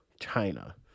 China